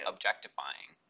Objectifying